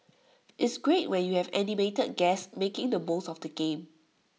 it's great when you have animated guests making the most of the game